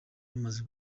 bamaze